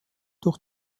durch